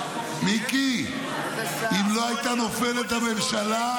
מיקי, אם לא הייתה נופלת הממשלה,